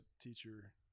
Teacher